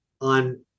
on